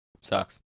Sucks